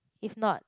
if not